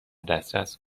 دسترس